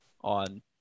on